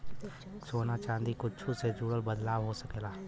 सोना चादी कुच्छो से जुड़ल बदलाव हो सकेला